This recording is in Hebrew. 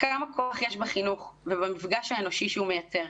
כמה כוח יש בחינוך ובמפגש האנושי שהוא מייצר.